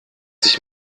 sich